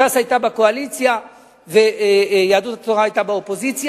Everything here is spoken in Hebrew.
ש"ס היתה בקואליציה ויהדות התורה היתה באופוזיציה,